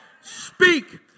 speak